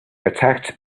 attacked